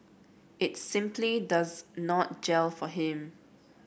it's simply does not gel for him